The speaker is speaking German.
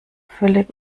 völlig